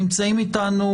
נמצאים איתנו